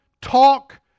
talk